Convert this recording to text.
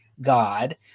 God